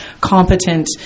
competent